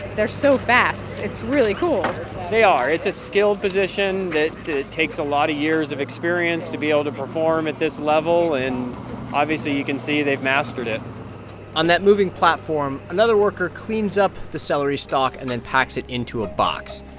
they're so fast. it's really cool they are. it's a skilled position that takes a lot of years of experience to be able to perform at this level. and obviously, you can see they've mastered it on that moving platform, another worker cleans up the celery stalk and then packs it into a box.